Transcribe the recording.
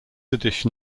edition